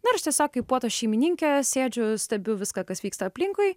na ir aš tiesiog kaip puotos šeimininkė sėdžiu stebiu viską kas vyksta aplinkui